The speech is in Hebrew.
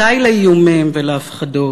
די לאיומים ולהפחדות.